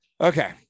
okay